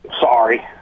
Sorry